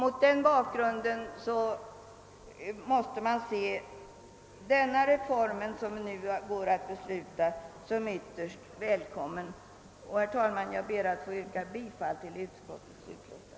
Mot den bakgrunden måste man se denna reform som vi nu går att besluta som ytterst välkommen. Herr talman! Jag ber att få yrka bifall till utskottets hemställan.